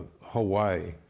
Hawaii